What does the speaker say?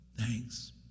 thanks